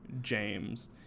James